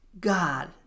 God